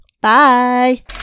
Bye